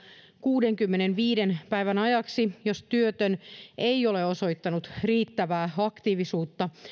kuudenkymmenenviiden päivän ajaksi jos työtön ei ole osoittanut riittävää aktiivisuutta